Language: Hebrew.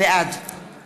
בעד